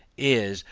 is,